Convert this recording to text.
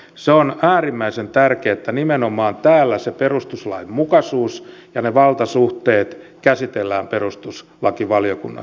se on äärimmäisen tärkeää että nimenomaan täällä perustuslainmukaisuus ja valtasuhteet käsitellään perustuslakivaliokunnassa